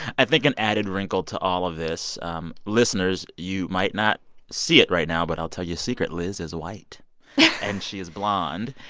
i think an added wrinkle to all of this um listeners, you might not see it right now, but i'll tell you a secret. liz is white and she is blonde.